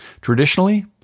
Traditionally